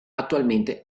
attualmente